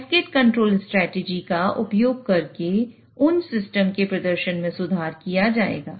cascade control strategy का उपयोग करके उन सिस्टम के प्रदर्शन में सुधार किया जाएगा